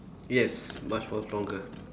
yes must work longer